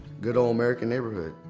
good ol' american neighborhood.